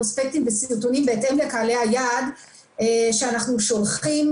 פרוספקטים וסרטונים בהתאם לקהלי היעד שאנחנו שולחים.